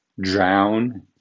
drown